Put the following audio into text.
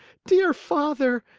dear father!